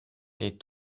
les